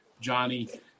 Johnny